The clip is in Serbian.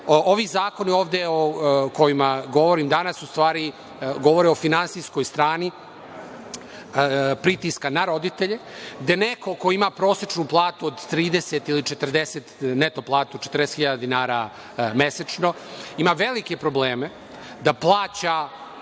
Ovi zakoni ovde o kojima govorim danas, govore o finansijskoj strani pritiska na roditelje gde neko ko ima prosečnu platu od 30 ili 40 hiljada, neto platu, 40 hiljada dinara mesečno, ima velike probleme da plaća